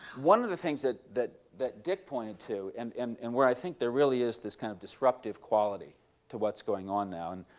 one of the things that that dick pointed to and and and where i think there really is this kind of disruptive quality to what's going on now and